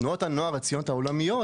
תנועות הנוער הציוניות העולמיות